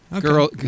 girl